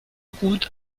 gut